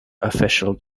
official